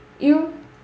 you